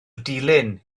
dilin